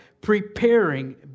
preparing